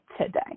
today